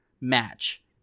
match